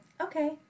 okay